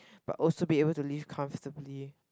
but also to be able to live comfortably